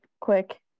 quick